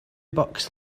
bucks